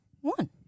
one